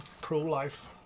pro-life